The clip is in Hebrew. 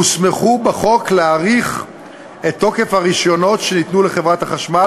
הוסמכו בחוק להאריך את תוקף הרישיונות שניתנו לחברת החשמל,